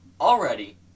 Already